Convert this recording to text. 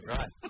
Right